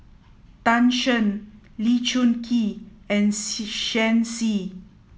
Tan Shen Lee Choon Kee and Xi Shen Xi